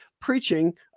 preaching